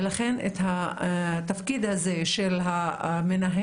ולכן את התפקיד הזה של המנהל,